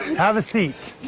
and have a seat.